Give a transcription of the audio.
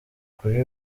kuri